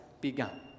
begun